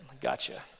gotcha